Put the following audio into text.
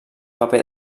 paper